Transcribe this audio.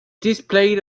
displayed